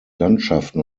landschaften